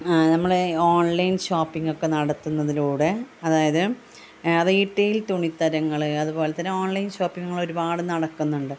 നമ്മളെ online shopping ഒക്കെ നടത്തുന്നതിലൂടെ അതായത് റീട്ടെയ്ൽ തുണിത്തരങ്ങൾ അതുപോലെത്തന്നെ ഓൺലൈൻ ഷോപ്പിങ്ങുകൾ ഒരുപാട് നടക്കുന്നുണ്ട്